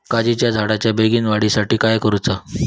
काजीच्या झाडाच्या बेगीन वाढी साठी काय करूचा?